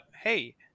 hey